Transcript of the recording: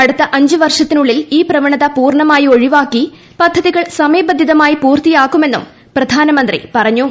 അടുത്ത അഞ്ചു വർഷത്തിനുള്ളിൽ ഈ പ്രവണത പൂർണമായി ഒഴിവാക്കി പദ്ധതികൾ സമയബന്ധിതമായി പൂർത്തിയാക്കുമെന്നും പ്രധാന മന്ത്രി പറഞ്ഞു